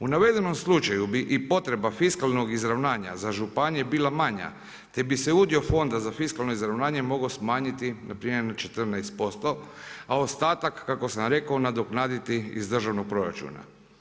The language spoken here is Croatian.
U navedenom slučaju bi i potreba fiskalnog izravnanja za županije bila manja, te bi se udio Fonda za fiskalno izravnanje mogao smanjiti na primjer na 14%, a ostatak kako sam rekao nadoknaditi iz državnog proračuna.